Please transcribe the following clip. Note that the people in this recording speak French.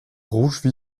rouge